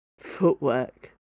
Footwork